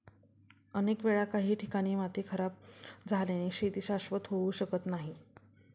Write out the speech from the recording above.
अनेक वेळा काही ठिकाणी माती खराब झाल्याने शेती शाश्वत होऊ शकत नाही